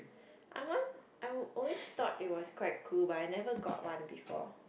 I want I always thought it was quite cool but I never got one before